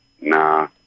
Nah